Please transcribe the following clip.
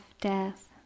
death